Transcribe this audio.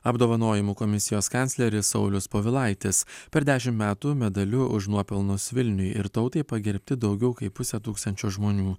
apdovanojimų komisijos kancleris saulius povilaitis per dešim metų medaliu už nuopelnus vilniui ir tautai pagerbti daugiau kaip pusė tūkstančio žmonių